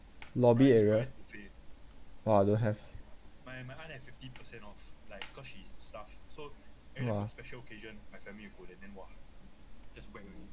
lobby area !wah! don't have !wah!